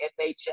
FHA